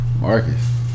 Marcus